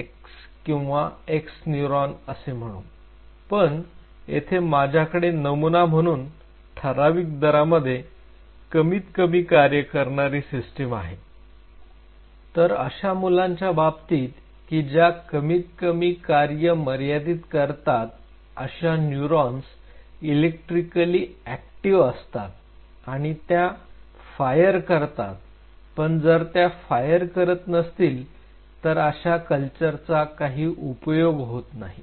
xl किंवा x neuron असे म्हणून पण येथे माझ्याकडे नमुना म्हणून ठराविक दरामध्ये कमीत कमी कार्य करणारे सिस्टीम आहे तर अशा मुलांच्या बाबतीत की ज्या कमीत कमी कार्य मर्यादित करतात अशा न्यूरॉन्स इलेक्ट्रिकलि ऍक्टिव्ह असतात आणि त्या फायर करतात पण जर त्या फायर करत नसतील तर अशा कल्चरचा काही उपयोग होत नाही